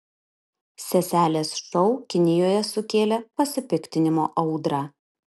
seselės šou kinijoje sukėlė pasipiktinimo audrą